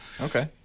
Okay